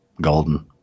golden